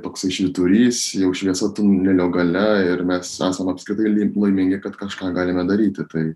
toksai švyturys jau šviesa tunelio gale ir mes esam apskritai laimingi kad kažką galime daryti tai